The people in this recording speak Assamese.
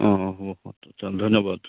অঁ অঁ হ'ব ধন্যবাদ